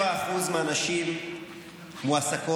57% מהנשים מועסקות.